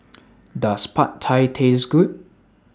Does Pad Thai Taste Good